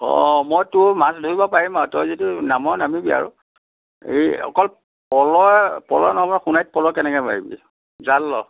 অঁ মই তোৰ মাছ ধৰিব পাৰিম আৰু তই যদি নাম নামিবি আৰু এই অকল পলহৰে পলহৰে নহ'ব নহয় সোনাইত পলহ কেনেকৈ মাৰিবি জাল ল